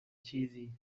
چیزی